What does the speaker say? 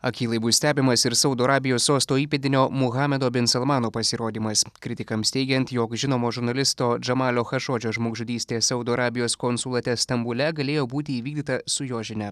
akylai bus stebimas ir saudo arabijos sosto įpėdinio muhamedo binsalmano pasirodymas kritikams teigiant jog žinomo žurnalisto džamalio chašodžio žmogžudystė saudo arabijos konsulate stambule galėjo būti įvykdyta su jo žinia